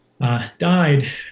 died